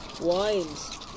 Wines